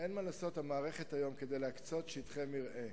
אין מה לעשות, המערכת היום, כדי להקצות שטחי מרעה,